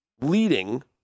leading